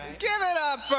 give it up